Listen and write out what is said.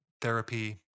therapy